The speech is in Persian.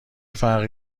فرقی